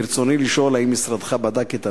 רצוני לשאול: 1. האם משרדך בדק את הנושא?